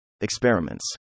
Experiments